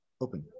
open